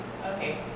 Okay